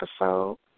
episode